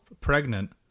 pregnant